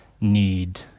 need